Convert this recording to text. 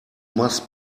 must